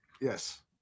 Yes